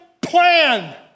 plan